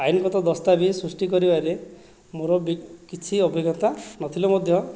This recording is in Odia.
ଆଇନଗତ ଦସ୍ତାବିଜ ସୃଷ୍ଟି କରିବାରେ ମୋର ବି କିଛି ଅଭିଜ୍ଞାତା ନଥିଲେ ମଧ୍ୟ